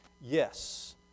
yes